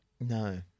No